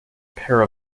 pair